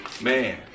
Man